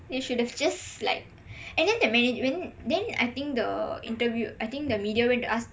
they should have just like and then the man~ then I think the interview I think the media went to ask